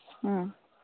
ꯎꯝ